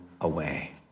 away